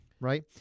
right